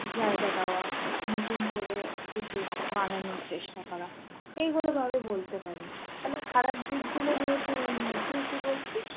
জায়গা দেওয়া নতুন করে কিছু বানানোর চেষ্টা করা এইগুলো ভাবে বলতে পারি তহলে খারাপ দিকগুলো নিয়ে তু তুই কী বলছিস